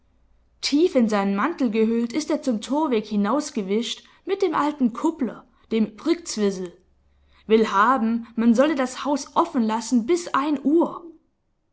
tief in seinen mantel gehüllt ist er zum torweg hinausgewischt mit dem alten kuppler dem brktzwisl will haben man solle das haus offen lassen bis ein uhr